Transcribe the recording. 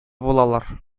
булалар